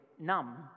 numb